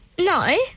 No